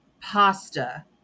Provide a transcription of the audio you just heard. pasta